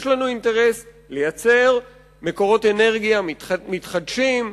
יש לנו אינטרס לייצר מקורות אנרגיה מתחדשים,